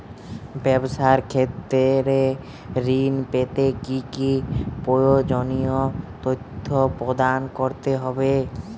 ব্যাবসা ক্ষেত্রে ঋণ পেতে কি কি প্রয়োজনীয় তথ্য প্রদান করতে হবে?